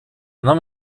нам